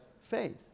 faith